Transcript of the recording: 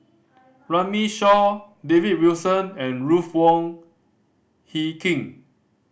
Runme Shaw David Wilson and Ruth Wong Hie King